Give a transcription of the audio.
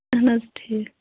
اَہَن حظ ٹھیٖک